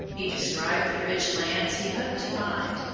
he described the rich lands he hoped to find,